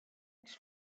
its